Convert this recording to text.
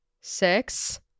six